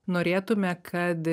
norėtume kad